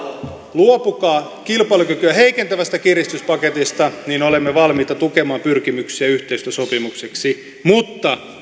luopukaa kilpailukykyä heikentävästä kiristyspaketista niin olemme valmiita tukemaan pyrkimyksiä yhteistyösopimukseksi mutta